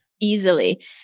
Easily